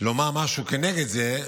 לומר משהו כנגד זה,